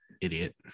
Idiot